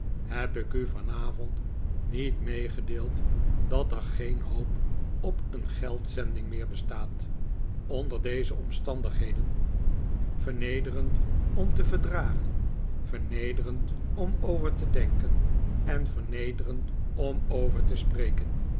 heb ik u vanavond niet meegedeeld dat er geen hoop op een geldzending meer bestaat onder deze omstandigheden vernederend om te verdragen vernederend om over te denken en vernederend om over te spreken